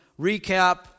recap